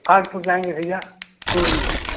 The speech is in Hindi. कानपुर जाएँगे भैया टूर में